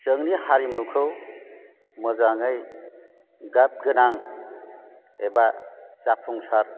जोंनि हारिमुखौ मोजाङै गाब गोनां एबा जाफुंसार